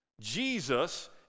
Jesus